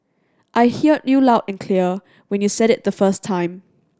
I hear you loud and clear when you said it the first time